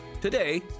Today